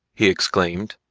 he exclaimed,